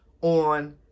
on